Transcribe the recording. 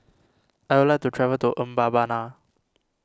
I would like to travel to Mbabana